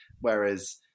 Whereas